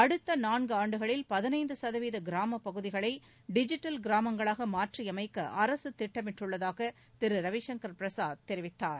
அடுத்த நான்காண்டுகளில் பதினைந்து சதவீத கிராம பகுதிகளை டிஜிட்டல் கிராமங்களாக மாற்றியமைக்க அரசு திட்டமிட்டுள்ளதாக திரு ரவிசங்கர் பிரசாத் தெரிவித்தார்